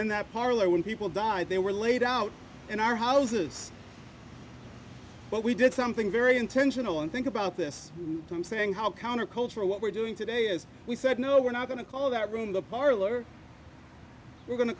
then that parlor when people died they were laid out in our houses but we did something very intentional and think about this time saying how countercultural what we're doing today is we said no we're not going to call that room the parlor we're going to